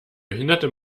behinderte